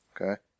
Okay